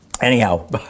Anyhow